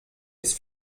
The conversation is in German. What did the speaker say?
ist